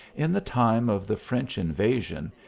in the time of the french invasion,